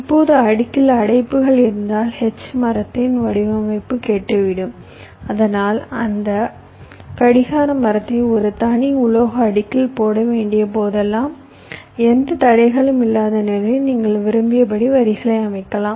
இப்போது அடுக்கில் அடைப்புகள் இருந்தால் H மரத்தின் வடிவமைப்பு கெட்டுவிடும் அதனால்தான் ஒரு கடிகார மரத்தை ஒரு தனி உலோக அடுக்கில் போட வேண்டிய போதெல்லாம் எந்த தடைகளும் இல்லாத நிலையில் நீங்கள் விரும்பியபடி வரிகளை அமைக்கலாம்